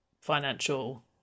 financial